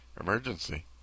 emergency